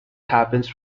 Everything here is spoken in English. happens